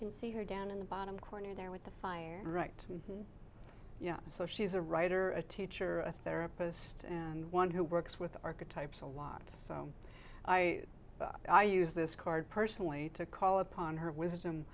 can see her down in the bottom corner there with the fire right so she's a writer a teacher a therapist and one who works with archetypes a lot so i i use this card personally to call upon her wisdom